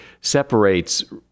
separates